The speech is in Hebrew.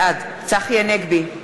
בעד צחי הנגבי,